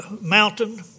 mountain